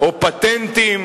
או פטנטים